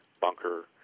bunker